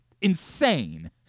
insane